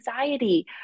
anxiety